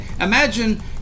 imagine